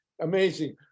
amazing